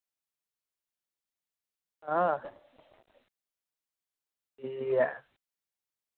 ठीक ऐ